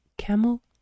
Camel